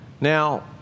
Now